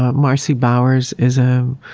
marci bowers is ah